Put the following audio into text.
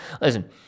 listen